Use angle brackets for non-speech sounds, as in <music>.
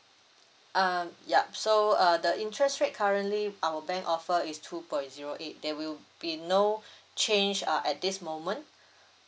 um yup so uh the interest rate currently our bank offer is two point zero eight there will be no <breath> change uh at this moment